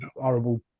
horrible